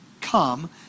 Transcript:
come